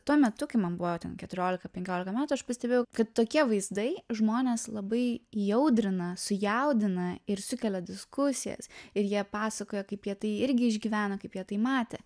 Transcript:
tuo metu kai man buvo keturiolika penkiolika metų aš pastebėjau kad tokie vaizdai žmones labai įaudrina sujaudina ir sukelia diskusijas ir jie pasakoja kaip jie tai irgi išgyvena kaip jie tai matė